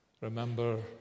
remember